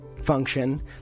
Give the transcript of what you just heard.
function